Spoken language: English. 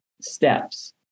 steps